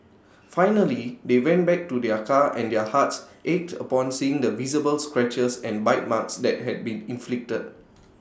finally they went back to their car and their hearts ached upon seeing the visible scratches and bite marks that had been inflicted